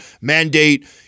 mandate